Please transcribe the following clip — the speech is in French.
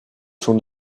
son